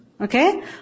Okay